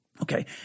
Okay